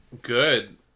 Good